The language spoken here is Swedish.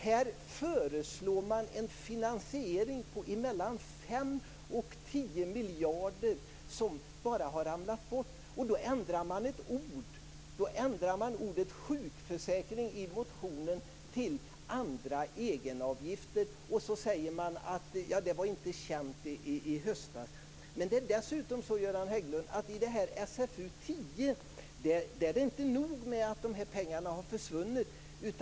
Man föreslår en finansiering om mellan 5 och 10 miljarder, som bara har ramlat bort, genom att ändra ordet "sjukförsäkring" i motionen till "andra egenavgifter", enbart med hänvisning till att det som skett inte var känt i höstas. Det är dessutom, Göran Hägglund, i SfU10 inte nog med att de här pengarna har försvunnit.